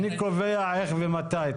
אני קובע איך ומתי.